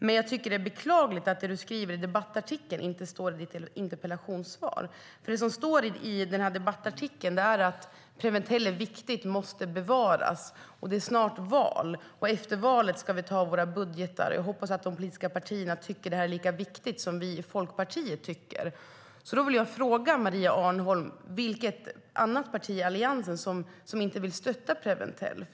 Men jag tycker att det är beklagligt att det som hon skriver i debattartikeln inte står i interpellationssvaret. Det som står i debattartikeln är att Preventell är viktig och måste bevaras. Hon skriver att det snart är val och att man efter valet ska göra budgetar. Hon skriver att hon hoppas att de andra politiska partierna tycker att detta är lika viktigt som man tycker i Folkpartiet. Jag vill då fråga Maria Arnholm vilket annat parti i Alliansen som inte vill stötta Preventell.